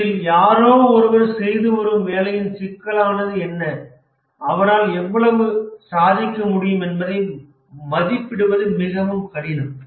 இதில் யாரோ ஒருவர் செய்து வரும் வேலையின் சிக்கலானது என்ன அவரால் எவ்வளவு சாதிக்க முடியும் என்பதை மதிப்பிடுவது மிகவும் கடினம்